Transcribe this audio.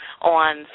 on